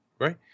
Right